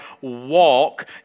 walk